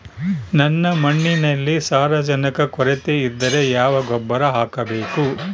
ನನ್ನ ಮಣ್ಣಿನಲ್ಲಿ ಸಾರಜನಕದ ಕೊರತೆ ಇದ್ದರೆ ಯಾವ ಗೊಬ್ಬರ ಹಾಕಬೇಕು?